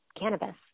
cannabis